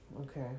Okay